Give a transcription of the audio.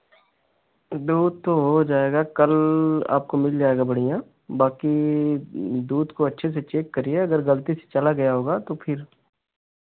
दूध तो हो जाएगा कल आपको मिल जाएगा बढ़ियाँ बाँकी दूध को अच्छे से चेक करिए अगर गलती से चला गया होगा तो फिर